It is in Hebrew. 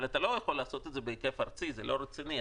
אבל אי אפשר לעשות את זה בהיקף ארצי, זה לא רציני.